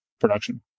production